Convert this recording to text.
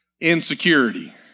insecurity